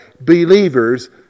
believers